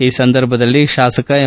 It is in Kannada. ಈ ಸಂದರ್ಭದಲ್ಲಿ ಶಾಸಕ ಎಂ